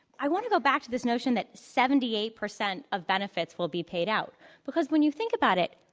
i want to go back to this notion that seventy eight percent of benefits will be paid out because when you think about it,